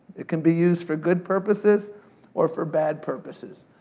it can be used for good purposes or for bad purposes.